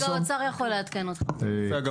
זה מופיע גם